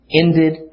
ended